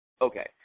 Okay